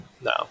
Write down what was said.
No